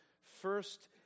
first